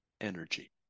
energy